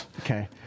Okay